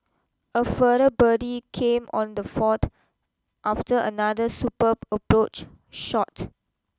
a further birdie came on the fourth after another superb approach shot